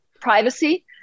privacy